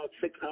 six